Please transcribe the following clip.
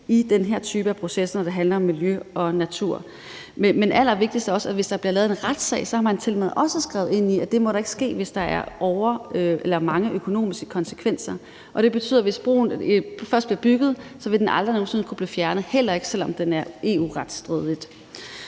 i den her type af processer, når det handler om miljø og natur. Men allervigtigst er det også, at man tilmed også har skrevet ind, at der ikke må kunne blive anlagt en retssag, hvis det har mange økonomiske konsekvenser. Det betyder, at hvis broen først bliver bygget, vil den aldrig nogen sinde kunne blive fjernet igen, heller ikke selv om den er EU-retsstridig.